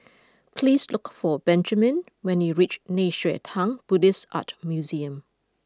please look for Benjamen when you reach Nei Xue Tang Buddhist Art Museum